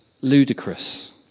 ludicrous